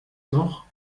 noch